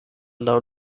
laŭ